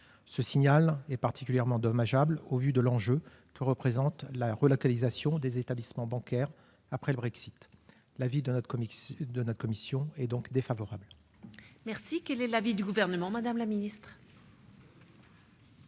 Ce signal est particulièrement dommageable au vu de l'enjeu que représente la relocalisation des établissements bancaires après le Brexit. L'avis de la commission spéciale est donc défavorable. Quel est l'avis du Gouvernement ? L'une